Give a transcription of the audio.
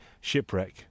shipwreck